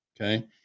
Okay